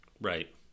Right